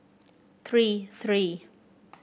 three three